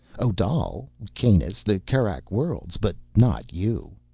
odal. kanus. the kerak worlds. but not you.